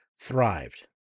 thrived